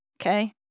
okay